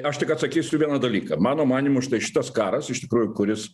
aš tik atsakysiu į vieną dalyką mano manymu štai šitas karas iš tikrųjų kuris